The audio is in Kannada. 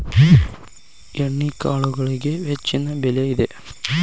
ಎಣ್ಣಿಕಾಳುಗಳಿಗೆ ಹೆಚ್ಚಿನ ಬೆಲೆ ಇದೆ